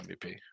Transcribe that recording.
MVP